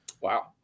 Wow